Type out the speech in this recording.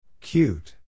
Cute